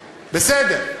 בסדר,